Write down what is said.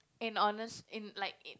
in honest in like in